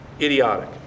Idiotic